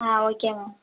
ah okay ma'am